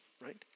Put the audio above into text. right